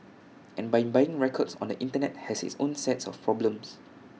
and buying records on the Internet has its own set of problems